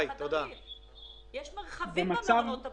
יש מרחבים במעונות הבנויים.